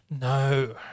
No